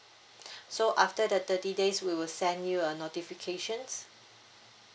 so after the thirty days we will send you a notifications